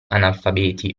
analfabeti